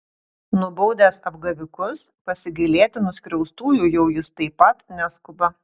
nubaudęs apgavikus pasigailėti nuskriaustųjų jau jis taip pat neskuba